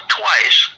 twice